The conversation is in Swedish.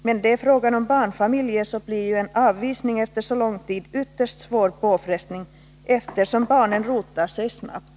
När det är fråga om barnfamiljer blir en avvisning efter så lång vistelse här i landet en ytterst svår påfrestning, eftersom barnen rotar sig snabbt.